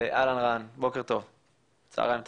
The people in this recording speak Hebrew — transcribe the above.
אהלן, רן, צהריים טובים.